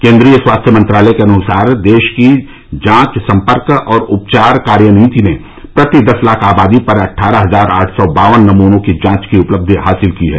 केन्द्रीय स्वास्थ्य मंत्रालय के अनुसार देश की जांच संपर्क और उपचार कार्य नीति ने प्रति दस लाख आबादी पर अट्ठारह हजार आठ सौ बावन नमूनों की जांच की उपलब्धि हासिल की है